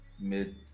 mid